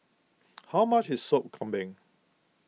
how much is Sop Kambing